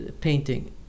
painting